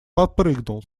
подпрыгнул